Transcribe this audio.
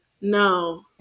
No